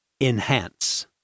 Enhance